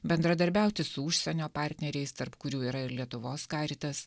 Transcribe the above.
bendradarbiauti su užsienio partneriais tarp kurių yra ir lietuvos karitas